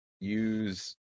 use